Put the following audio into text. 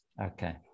okay